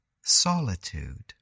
solitude